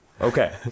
Okay